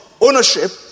ownership